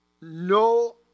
no